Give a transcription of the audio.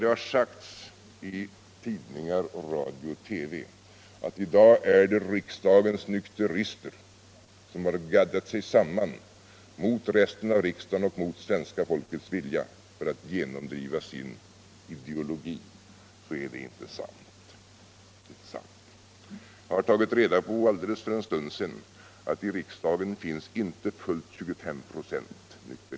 Det har sagts i tidningar, radio och TV att det är riksdagens nykterister som gaddat sig samman mot resten av riksdagen för att i dag mot svenska folkets vilja genomdriva sin ideologi. Det är inte sant. Jag tog för en stund sedan reda på att det finns inte fullt 25 96 nykterister i riksdagen.